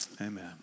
Amen